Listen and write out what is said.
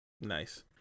Nice